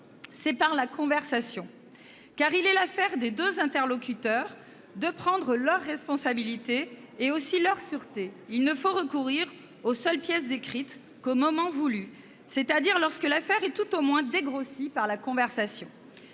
c'est par la conversation, car « c'est affaire aux deux interlocuteurs de prendre leurs responsabilités et aussi leurs sûretés »: il ne faut recourir aux pièces écrites « qu'au moment voulu, c'est-à-dire lorsque l'affaire est [...] tout au moins dégrossie par la conversation